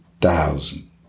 thousand